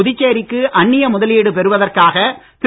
புதுச்சேரி க்கு அன்னிய முதலீடு பெறுவதற்காக திரு